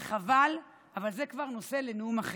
וחבל, אבל זה כבר נושא לנאום אחר.